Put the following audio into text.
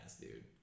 dude